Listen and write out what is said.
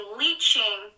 leaching